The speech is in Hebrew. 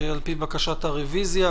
על פי בקשת הרוויזיה.